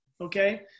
okay